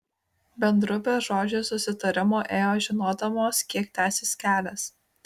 bendru bežodžiu susitarimu ėjo žinodamos kiek tęsis kelias